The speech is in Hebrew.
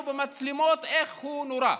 במצלמות איך הוא נורה,